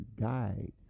guides